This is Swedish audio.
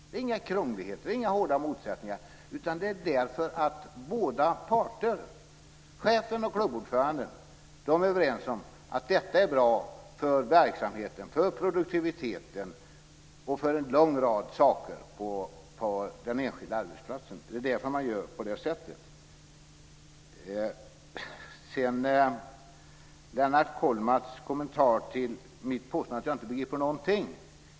Det är inga krångligheter och inga hårda motsättningar, utan det är därför att båda parter, chefen och klubbordföranden, är överens om att detta är bra för verksamheten, för produktiviteten och för en lång rad saker på den enskilda arbetsplatsen. Det är därför man gör på det sättet. Lennart Kollmats kommenterar mitt påstående att jag inte begriper någonting.